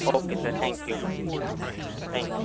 okay sir thank you thank you